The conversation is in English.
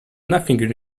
nothing